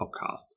Podcast